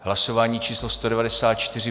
Hlasování číslo 194.